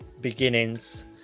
beginnings